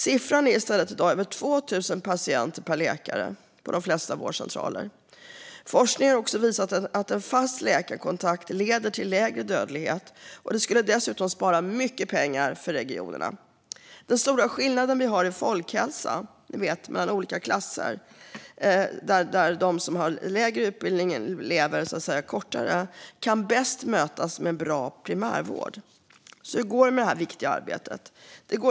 Siffran är i dag i stället över 2 000 patienter per läkare på de flesta vårdcentraler. Forskning har visat att en fast läkarkontakt leder till lägre dödlighet, och det skulle dessutom spara mycket pengar för regionerna. De stora skillnader i folkhälsa som finns mellan olika klasser, där de som har lägre utbildning lever kortare tid, kan bäst mötas med bra primärvård. Hur går det då med detta viktiga arbete?